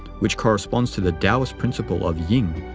which corresponds to the taoist principle of ying,